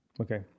okay